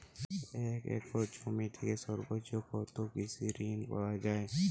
এক একর জমি থেকে সর্বোচ্চ কত কৃষিঋণ পাওয়া য়ায়?